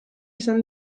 izan